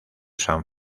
san